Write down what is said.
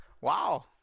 Wow